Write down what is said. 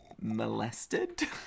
Molested